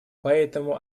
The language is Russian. поэтому